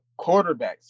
quarterbacks